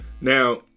Now